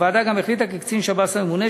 הוועדה גם החליטה כי קצין שב"ס הממונה,